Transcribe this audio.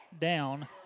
down